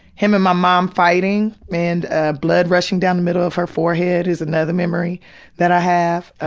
him and my mom fighting, and ah blood rushing down the middle of her forehead is another memory that i have. ah